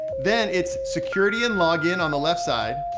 then it's security and login on the left side.